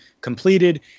completed